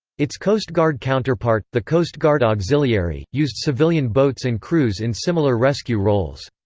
its coast guard counterpart, the coast guard auxiliary, used civilian boats and crews in similar rescue roles.